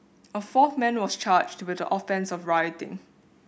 a fourth man was charged with the offence of rioting